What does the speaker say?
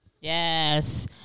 Yes